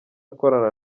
akorana